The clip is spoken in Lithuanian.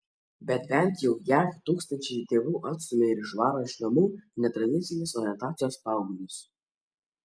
bet bent jau jav tūkstančiai tėvų atstumia ir išvaro iš namų netradicinės orientacijos paauglius